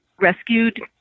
rescued